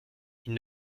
ils